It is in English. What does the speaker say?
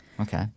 okay